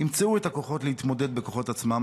ימצאו את הכוחות להתמודד בכוחות עצמם,